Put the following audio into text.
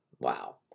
Wow